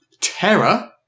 Terror